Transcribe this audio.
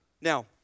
Now